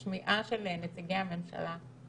השמיעה של נציגי הממשלה,